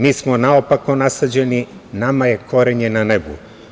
Mi smo naopako nasađeni, nama je korenje na nebu.